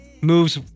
moves